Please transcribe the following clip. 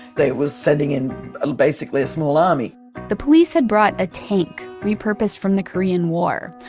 they were sending in basically a small army the police had brought a tank repurposed from the korean war.